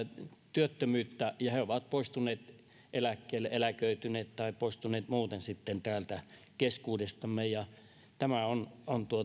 työttömyyttä he ovat poistuneet eläkkeelle eläköityneet tai poistuneet muuten sitten täältä keskuudestamme tämä on on